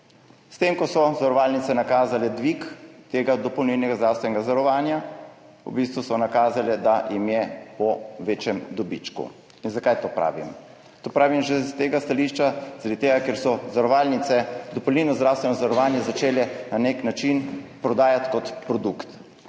S tem, ko so zavarovalnice nakazale dvig tega dopolnilnega zdravstvenega zavarovanja, so v bistvu nakazale, da jim gre za večji dobiček. Zakaj to pravim? To pravim že zaradi tega, ker so zavarovalnice dopolnilno zdravstveno zavarovanje začele na nek način prodajati kot produkt.